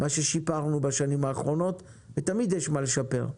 במה ששיפרנו בשנים האחרונות ותמיד יש מה לשפר.